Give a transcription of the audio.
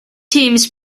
teams